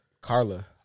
Carla